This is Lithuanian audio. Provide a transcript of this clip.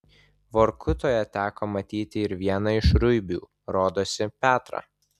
vorkutoje teko matyti ir vieną iš ruibių rodosi petrą